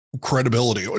credibility